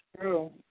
true